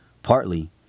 Partly